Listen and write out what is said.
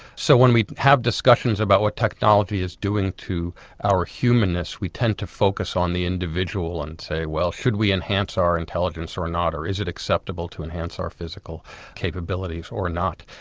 so when we have discussions about what technology is doing to our humanness, we tend to focus on the individual and say, well, should we enhance our intelligence or not, or is it acceptable to enhance our physical capabilities or not.